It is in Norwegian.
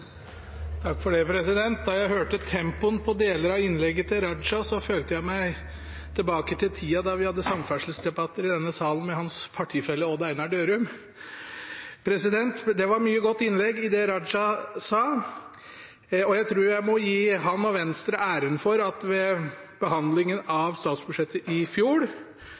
Da jeg hørte tempoet på deler av innlegget til Raja, følte jeg at vi var tilbake til tida da vi hadde samferdselsdebatter i denne salen med hans partifelle Odd Einar Dørum. Det var mye godt i det Raja sa. Jeg tror jeg må gi ham og Venstre æren for at ved behandlingen av statsbudsjettet i fjor